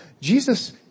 Jesus